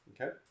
Okay